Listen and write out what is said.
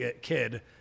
kid